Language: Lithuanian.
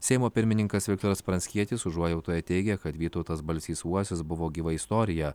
seimo pirmininkas viktoras pranckietis užuojautoje teigė kad vytautas balsys uosis buvo gyva istorija